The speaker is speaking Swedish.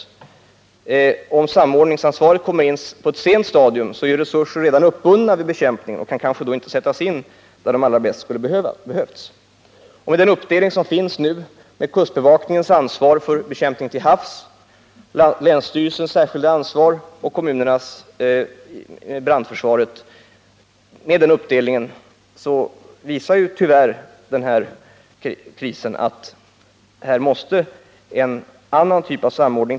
Kommer samordningsansvaret in på ett sent stadium, är resurser redan uppbundna och kan kanske inte sättas in där de bäst skulle behövas. Med den nuvarande uppdelningen — där kustbevakningen har ansvaret för bekämpningen till havs, där länsstyrelsen har sitt särskilda ansvar och där kommunerna har hand om brandförsvaret — fungerar det inte. Den här krisen har tyvärr visat att det behövs en annan typ av samordning.